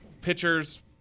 Pitchers